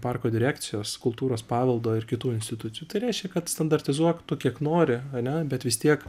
parko direkcijos kultūros paveldo ir kitų institucijų tai reiškia kad standartizuok tu kiek nori ane bet vis tiek